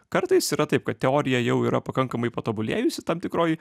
kartais yra taip kad teorija jau yra pakankamai patobulėjusi tam tikroj